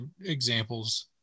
examples